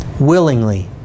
willingly